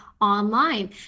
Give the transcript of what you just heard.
online